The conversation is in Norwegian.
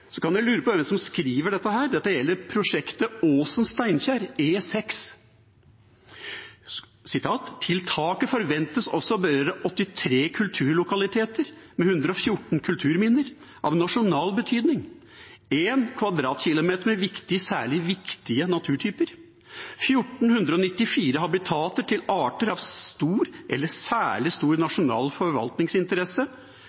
så kan dere lure på hvem som skriver dette. Det gjelder prosjektet E6 mellom Åsen og Steinkjer. «Tiltaket forventes også å berøre 83 kulturlokaliteter med 114 kulturminner av nasjonal betydning, én km 2 med viktige/særlig viktige naturtyper, 1 494 habitater til arter av stor/særlig stor